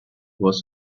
was